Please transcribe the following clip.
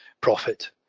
profit